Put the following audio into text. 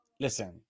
Listen